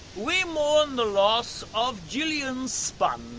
we mourn the loss of gillian sponge,